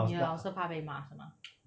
你的老师怕被骂是吗